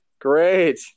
great